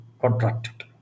contracted